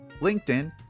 LinkedIn